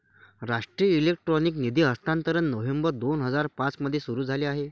राष्ट्रीय इलेक्ट्रॉनिक निधी हस्तांतरण नोव्हेंबर दोन हजार पाँच मध्ये सुरू झाले